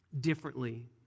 differently